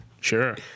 Sure